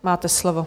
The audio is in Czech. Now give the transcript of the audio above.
Máte slovo.